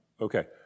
Okay